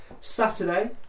Saturday